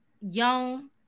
Young